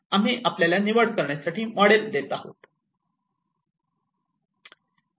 आम्ही आपल्याला निवड करण्यासाठी मॉडेल देत आहोत